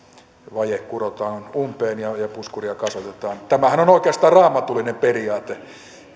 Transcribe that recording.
vaje kurotaan umpeen ja puskuria kasvatetaan tämähän on oikeastaan raamatullinen periaate